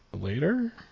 later